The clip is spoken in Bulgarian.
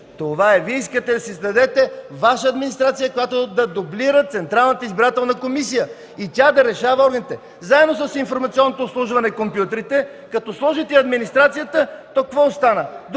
Това е! Вие искате да си създадете Ваша администрация, която да дублира Централната избирателна комисия, и тя да решава. Заедно с „Информационното обслужване” – компютрите, като сложите и администрацията, какво остана?